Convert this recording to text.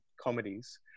comedies